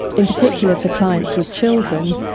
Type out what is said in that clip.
in particular for clients with children,